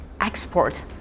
export